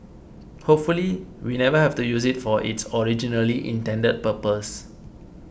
hopefully we never have to use it for its originally intended purpose